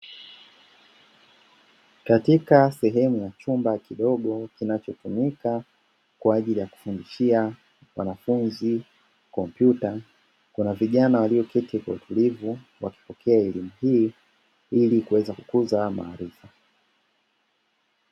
Katika sehemu ya chumba kidogo kinachotumika kwa ajili ya kufundishia wanafunzi kompyuta, kuna vijana walioketi kwa utulivu wakipokea elimu hii, ili kuweza kukuza haya maarifa.